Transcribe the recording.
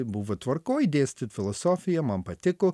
buvo tvarkoj dėstyt filosofiją man patiko